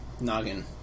noggin